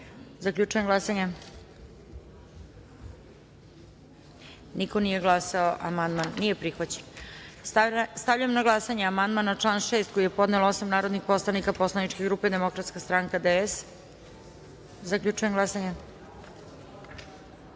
Beograd. Zaključujem glasanje: Niko nije glasao. Amandman nije prihvaćen. Stavljam na glasanje amandman na član 6. koji je podnelo osam narodnih poslanika Poslaničke grupe Demokratska stranka - DS.Zaključujem glasanje: